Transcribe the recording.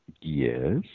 Yes